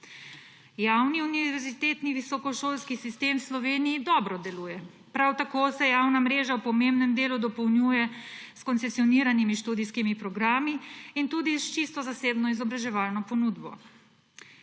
Javni univerzitetni visokošolski sistem v Sloveniji dobro deluje. Prav tako se javna mreža v pomembnem delu dopolnjuje s koncesioniranimi študijskimi programi in tudi s čisto zasebno izobraževalno ponudbo.